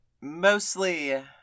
mostly